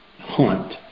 hunt